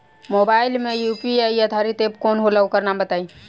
Mobile म UPI आधारित app कौन होला ओकर नाम बताईं?